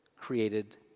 created